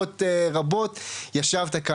ובשעות רבות ישבת כאן,